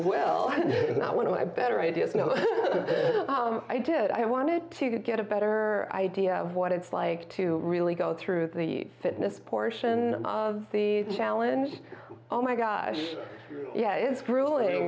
well not one of my better ideas and i did i wanted to get a better idea of what it's like to really go through the fitness portion of the challenge oh my gosh yeah it's